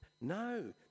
no